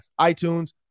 iTunes